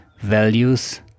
values